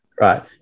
right